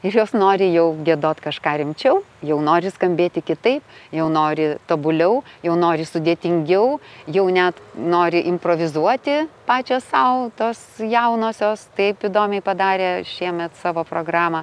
iš jos nori jau giedot kažką rimčiau jau nori skambėti kitaip jau nori tobuliau jau nori sudėtingiau jau net nori improvizuoti pačios sau tos jaunosios taip įdomiai padarė šiemet savo programą